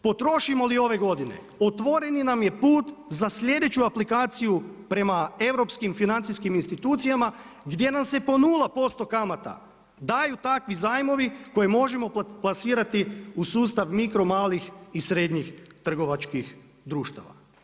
Potrošimo li ove godine, otvoreni nam je put za sljedeću aplikaciju prema europskim financijskim institucijama gdje nam se po 0% kamata daju takvi zajmovi koje možemo plasirati u sustav mikro, malih i srednjih trgovačkih društava.